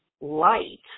light